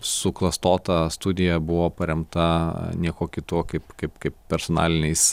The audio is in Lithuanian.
suklastota studija buvo paremta niekuo kitu o kaip kaip kaip personaliniais